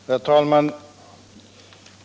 Herr talman!